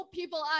people